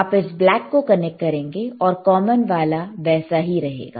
आप इसे ब्लैक को कनेक्ट करेंगे और कॉमन वाला वैसे ही रहेगा